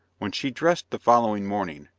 when she dressed the following morning,